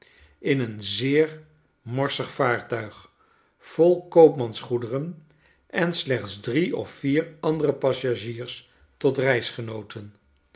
in een zeer morsig vaartuig vol koopmansgoederen en slechts drie of vier andere passagiers tot